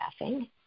laughing